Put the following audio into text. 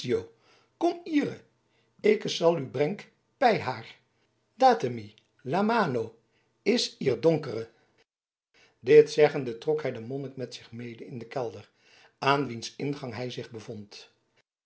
kom iere ikke sal u brenk pij aar datemi la mano is ier donkere dit zeggende trok hij den monnik met zich mede in den kelder aan wiens ingang hij zich bevond